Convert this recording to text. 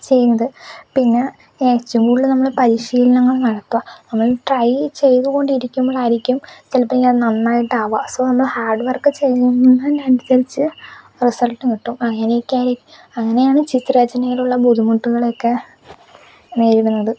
ചെയ്യുന്നത് പിന്നേ എറ്റവും കൂടുതൽ നമ്മൾ പരിശീലനങ്ങൾ നടത്തുക നമ്മൾ ട്രൈ ചെയ്തുകൊണ്ട് ഇരിക്കുമ്പോളായിരിക്കും ചിലപ്പോൾ ഇങ്ങനെ നന്നായിട്ടാകുക സൊ നമ്മൾ ഹാഡ് വർക്ക് ചെയ്യുന്നതനുസരിച്ച് റിസൾട്ടും കിട്ടും അങ്ങനെയൊക്കെയായിരിക്കും അങ്ങനെയാണ് ചിത്ര രചനയിലുള്ള ബുദ്ധിമുട്ടുകളൊക്കെ നേരിടുന്നത്